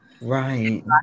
Right